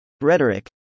Rhetoric